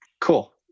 Cool